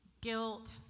Guilt